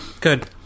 Good